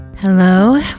Hello